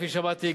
כפי שאמרתי,